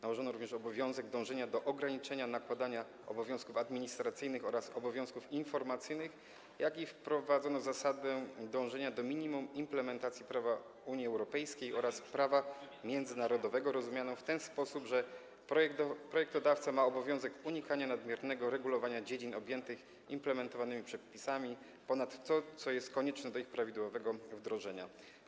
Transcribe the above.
Nałożono również obowiązek dążenia do ograniczenia nakładania obowiązków administracyjnych oraz obowiązków informacyjnych, jak i wprowadzono zasadę dążenia do minimum implementacji prawa Unii Europejskiej oraz prawa międzynarodowego rozumianą w ten sposób, że projektodawca ma obowiązek unikania nadmiernego regulowania dziedzin objętych implementowanymi przepisami ponad to, co jest konieczne do ich prawidłowego wdrożenia.